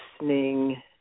listening